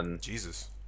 Jesus